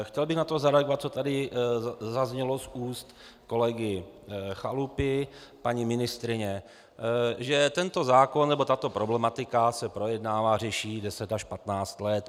Chtěl bych zareagovat na to, co tady zaznělo z úst kolegy Chalupy, paní ministryně že tento zákon, nebo tato problematika se projednává, řeší 10 až 15 let.